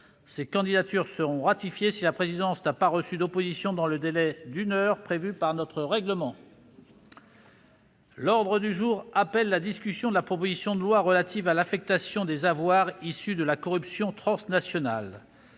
Ces candidatures seront ratifiées si la présidence n'a pas reçu d'opposition dans le délai d'une heure prévu par notre règlement. L'ordre du jour appelle la discussion, à la demande du groupe socialiste et républicain, de la proposition de loi relative à l'affectation des avoirs issus de la corruption transnationale,